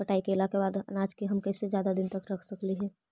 कटाई कैला के बाद अनाज के हम ज्यादा दिन तक कैसे रख सकली हे?